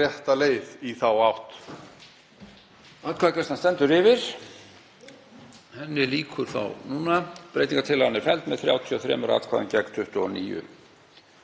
rétt leið í þá átt.